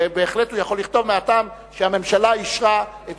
בהחלט הוא יכול לכתוב: מהטעם שהממשלה אישרה את